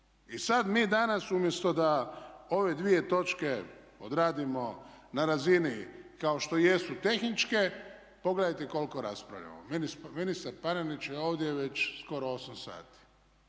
I sad mi danas u mjesto da ove dvije točke odradimo na razini kao što jesu tehničke, pogledajte koliko raspravljamo. Ministar Panenić je ovdje već skoro 8 sati.